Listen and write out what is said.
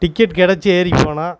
ticket கிடைச்சி ஏறி போனால்